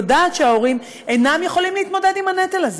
היא יודעת שההורים אינם יכולים להתמודד עם הנטל הזה,